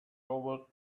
over